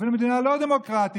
אפילו במדינה לא דמוקרטית.